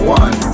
one